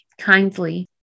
kindly